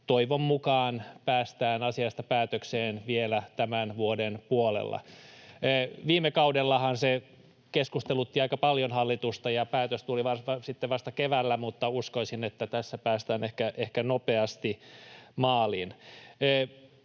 toivon mukaan päästään asiasta päätökseen vielä tämän vuoden puolella. Viime kaudellahan se keskustelutti aika paljon hallitusta ja päätös tuli sitten vasta keväällä, mutta uskoisin, että tässä päästään ehkä nopeasti maaliin.